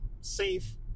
safe